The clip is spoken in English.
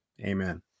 amen